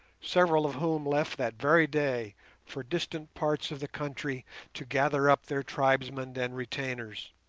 several of whom left that very day for distant parts of the country to gather up their tribesmen and retainers.